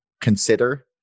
consider